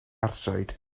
arswyd